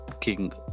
King